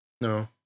No